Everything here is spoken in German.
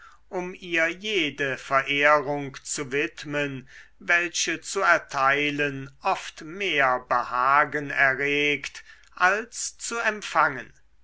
um ihr jede verehrung zu widmen welche zu erteilen oft mehr behagen erregt als zu empfangen